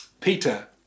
Peter